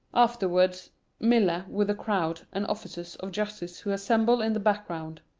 afterwards miller, with a crowd, and officers of justice, who assemble in the background.